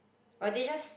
or they just